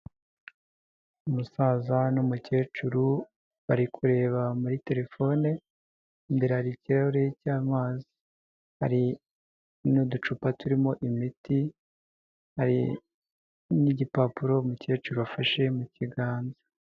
Umusaza n'umukecuru bari kureba muri telefone, imbere hari ikirahuri cy'amazi, hari n'uducupa turimo imiti n'igipapuro, umukecuru afashe mu kiganza.